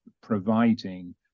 providing